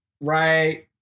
right